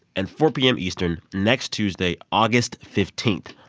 and four p m. eastern next tuesday, august fifteen.